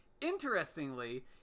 Interestingly